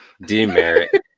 Demerit